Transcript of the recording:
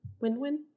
win-win